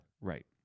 Right